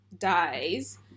dies